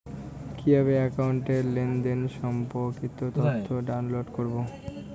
কিভাবে একাউন্টের লেনদেন সম্পর্কিত তথ্য ডাউনলোড করবো?